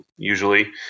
usually